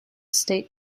state